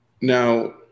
Now